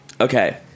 Okay